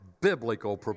biblical